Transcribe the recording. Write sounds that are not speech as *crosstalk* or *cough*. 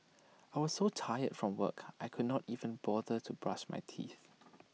I was so tired from work I could not even bother to brush my teeth *noise*